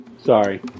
Sorry